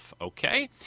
okay